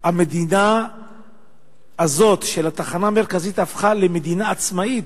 המדינה הזאת של התחנה המרכזית הפכה למדינה עצמאית,